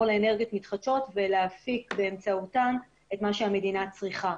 לאנרגיות מתחדשות ולהפיק באמצעותן את מה שהמדינה צריכה.